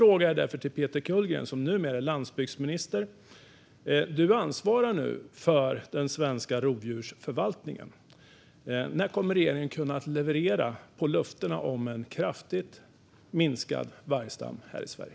Jag har därför en fråga till Peter Kullgren, som numera är landsbygdsminister och nu ansvarar för den svenska rovdjursförvaltningen. När kommer regeringen att kunna leverera på löftena om en kraftigt minskad vargstam här i Sverige?